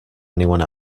anyone